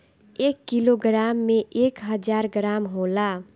एक किलोग्राम में एक हजार ग्राम होला